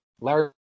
Larry